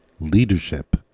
leadership